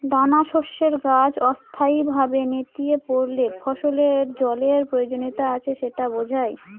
দানাশস্যের গাছ অস্থায়ীভাবে নেতিয়ে পড়লে ফসলের জলের প্রয়োজনীয়তা আছে সেটা বোঝায়